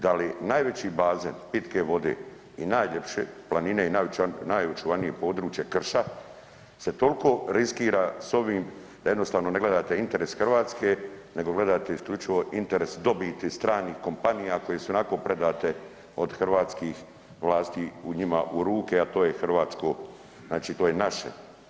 Da li najveći bazen pitke vode i najljepše planine i najočuvanije područje krša se toliko riskira s ovim da jednostavno ne gledate interes Hrvatske nego gledate isključivo interes dobiti stranih kompanija koje su ionako predate od hrvatskih vlasti u njima u ruke, a to je hrvatsko, znači to je naše.